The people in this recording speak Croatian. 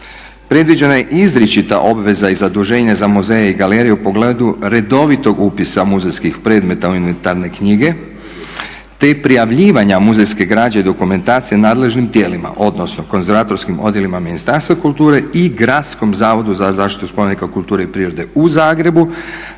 Predviđena je izričita obveza i zaduženje za muzeje i galerije u pogledu redovitog upisa muzejskih predmeta u inventarne knjige te prijavljivanja muzejske građe i dokumentacije nadležnim tijelima, odnosno konzervatorskim odjelima Ministarstva kulture i Gradskom zavodu za zaštitu spomenika kulture i prirode u Zagrebu